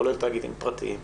כולל תאגידים פרטיים.